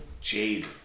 Jade